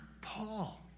Paul